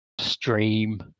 stream